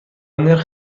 نرخ